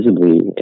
visibly